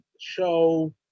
show